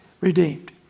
Redeemed